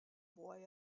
boy